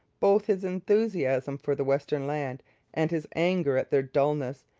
both his enthusiasm for the western land and his anger at their dulness,